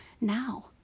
now